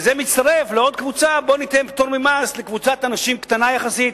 וזה מצטרף לעוד קבוצה: בוא ניתן פטור ממס לקבוצת אנשים קטנה יחסית,